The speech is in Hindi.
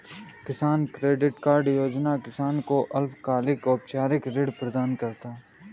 किसान क्रेडिट कार्ड योजना किसान को अल्पकालिक औपचारिक ऋण प्रदान करता है